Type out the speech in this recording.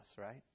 right